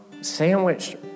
sandwiched